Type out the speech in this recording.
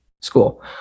school